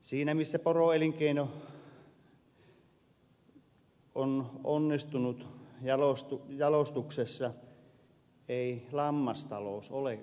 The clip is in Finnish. siinä missä poroelinkeino on onnistunut jalostuksessa ei lammastalous olekaan onnistunut